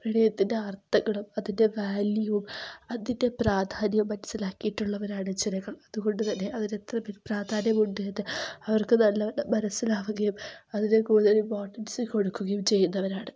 പ്രണയത്തിൻ്റെ അർത്ഥങ്ങളും അതിൻ്റെ വാല്യു അതിൻ്റെ പ്രാധാന്യം മനസ്സിലാക്കിയിട്ടുള്ളവരാണ് ജനങ്ങൾ അതുകൊണ്ടുതന്നെ അതിനെത്ര പ്രാധാന്യം ഉണ്ടെന്ന് അവർക്ക് നല്ലവണ്ണം മനസ്സിലാവുകയും അതിന് കൂടുതൽ ഇമ്പോർട്ടൻസ് കൊടുക്കുകയും ചെയ്യുന്നവരാണ്